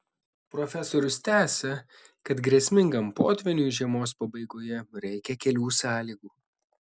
profesorius tęsia kad grėsmingam potvyniui žiemos pabaigoje reikia kelių sąlygų